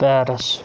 Paris